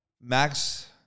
Max